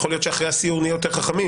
יכול להיות שאחרי הסיור נהיה יותר חכמים.